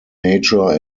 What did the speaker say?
nature